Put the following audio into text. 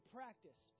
practice